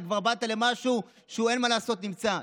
אתה באת למשהו שכבר נמצא.